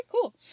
cool